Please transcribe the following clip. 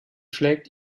schlägt